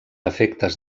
efectes